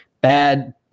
bad